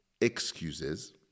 excuses